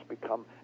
become